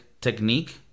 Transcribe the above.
technique